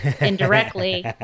indirectly